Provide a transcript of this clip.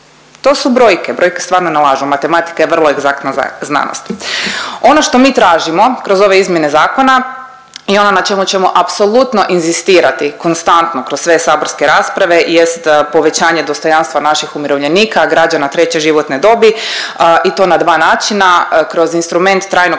To su brojke, brojke stvarno ne lažu, matematika je vrlo egzaktna znanost. Ono što mi tražimo kroz ove izmjene zakona i ono na čemu ćemo apsolutno inzistirati konstantno kroz sve saborske rasprave jest povećanje dostojanstva naših umirovljenika, građana treće životne dobi i to na dva načina, kroz instrument trajnog